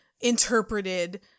interpreted